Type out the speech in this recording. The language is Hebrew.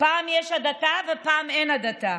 פעם יש הדתה ופעם אין הדתה.